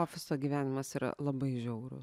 ofiso gyvenimas yra labai žiauru